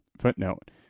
Footnote